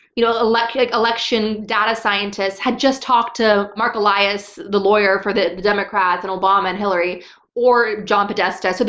you know election election data scientists, had just talked to mark elias the lawyer for the the democrats and obama and hillary and john podesta. so,